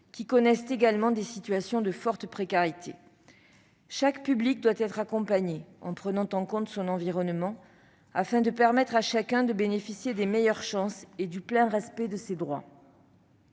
ils connaissent également des situations de forte précarité. Chaque public doit être accompagné en prenant en compte son environnement afin de permettre à chacun de bénéficier des meilleures chances et du plein respect de ses droits.